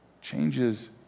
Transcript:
Changes